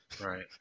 Right